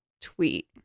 tweet